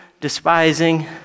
despising